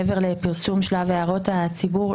מעבר לפרסום שלב הערות לציבור,